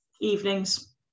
evenings